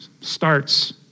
starts